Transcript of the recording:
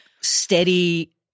steady